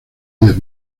diez